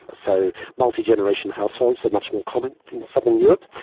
so multi-generation households are much more common in southern europe.